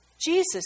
Jesus